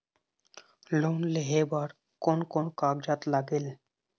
Loan लेहे बर कोन कोन कागजात लागेल?